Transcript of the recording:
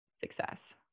success